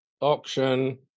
Auction